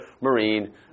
marine